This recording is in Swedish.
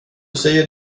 säger